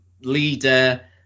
leader